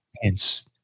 Hence